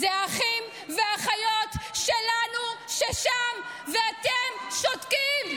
זה האחים והאחיות שלנו ששם, ואתם שותקים.